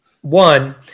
one